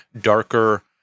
darker